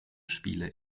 spiele